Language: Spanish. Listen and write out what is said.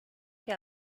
que